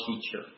teacher